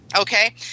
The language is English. Okay